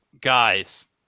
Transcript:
guys